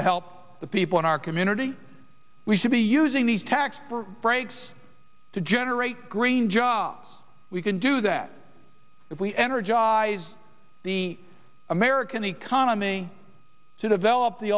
to help the people in our community we should be using these tax breaks to generate green jobs we can do that if we energize the american economy to develop the